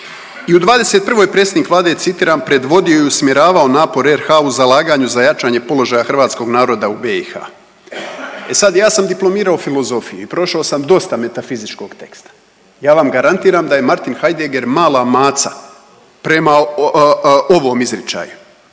I u '21. predsjednik Vlade, citiram, predvodio i usmjeravao napore RH u zalaganju za jačanje položaja hrvatskog naroda u BiH. E sad, ja sam diplomirao filozofiju i prošao sam dosta metafizičkog teksta, ja vam garantiram da je Martin Heidegger mala maca prema ovom izričaju